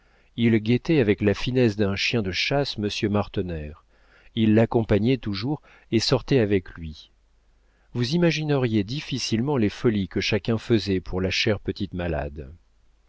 il guettait avec la finesse d'un chien de chasse monsieur martener il l'accompagnait toujours et sortait avec lui vous imagineriez difficilement les folies que chacun faisait pour la chère petite malade